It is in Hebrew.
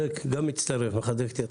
גם מצטרף ומחזק את ידך.